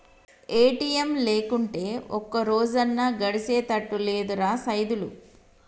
ATM లేకుంటే ఒక్కరోజన్నా గడిసెతట్టు లేదురా సైదులు